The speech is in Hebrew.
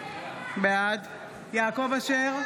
בעד יעקב אשר,